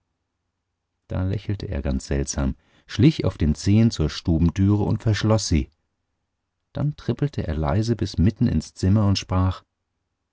da lächelte er ganz seltsam schlich auf den zehen zur stubentüre und verschloß sie dann trippelte er leise bis mitten ins zimmer und sprach